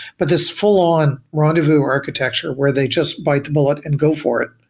but this full-on rendezvous architecture where they just bite the bullet and go for it,